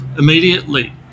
immediately